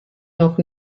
noch